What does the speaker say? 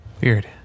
Weird